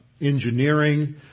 engineering